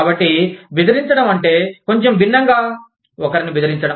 కాబట్టి బెదిరించడం అంటే కొంచెం భిన్నంగా ఒకరిని బెదిరించడం